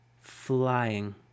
flying